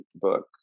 book